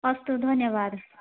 अस्तु धन्यवादः